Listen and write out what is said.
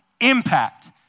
impact